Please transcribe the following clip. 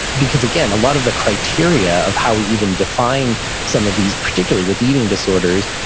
because again, a lot of the criteria of how we even define some of these, particularly with eating disorders,